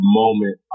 moment